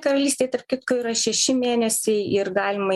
karalystėj tarp kitko yra šeši mėnesiai ir galima